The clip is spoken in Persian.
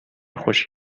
خوش